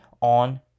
on